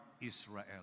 Israel